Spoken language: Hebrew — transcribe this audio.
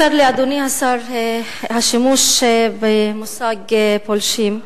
צר לי, אדוני השר, השימוש במושג "פולשים"